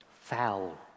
Foul